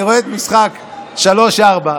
אני רואה משחק של 4:3,